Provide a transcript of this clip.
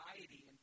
anxiety